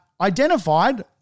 identified